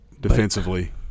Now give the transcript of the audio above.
defensively